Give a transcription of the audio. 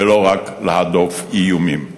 ולא רק להדוף איומים.